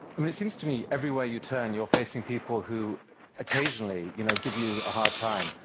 i mean it seems to me, everywhere you turn, you're facing people who occasionally you know give you a hard time.